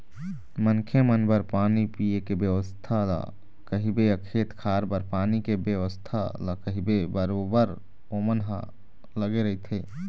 मनखे मन बर पानी पीए के बेवस्था ल कहिबे या खेत खार बर पानी के बेवस्था ल कहिबे बरोबर ओमन ह लगे रहिथे